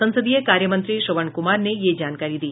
संसदीय कार्य मंत्री श्रवण कुमार ने यह जानकारी दी